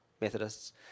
Methodists